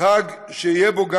חג שבו,